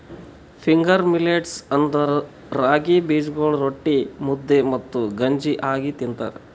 finger millets ಅಂದುರ್ ರಾಗಿ ಬೀಜಗೊಳ್ ರೊಟ್ಟಿ, ಮುದ್ದೆ ಮತ್ತ ಗಂಜಿ ಆಗಿ ತಿಂತಾರ